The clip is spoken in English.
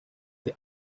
the